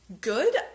Good